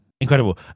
Incredible